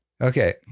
Okay